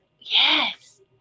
Yes